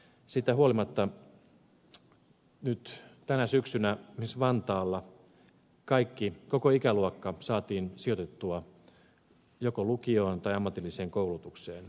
siitä huolimatta nyt tänä syksynä esimerkiksi vantaalla kaikki koko ikäluokka saatiin sijoitettua joko lukioon tai ammatilliseen koulutukseen